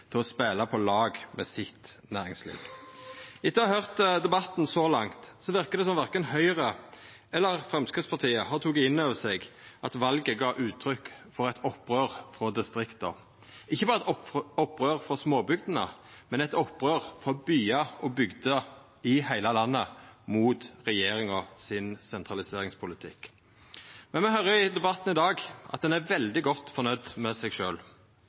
til å spela på lag med næringslivet sitt. Etter å ha høyrt debatten så langt verkar det som om verken Høgre eller Framstegspartiet har teke inn over seg at valet gav uttrykk for eit opprør frå distrikta. Ikkje berre eit opprør frå småbygdene, men eit opprør frå byar og bygder i heile landet mot sentraliseringspolitikken til regjeringa. Men vi høyrer i debatten i dag at ein er veldig godt fornøgd med seg